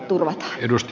arvoisa puhemies